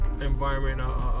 environment